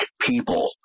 people